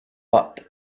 but